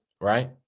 Right